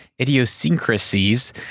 Idiosyncrasies